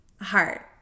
heart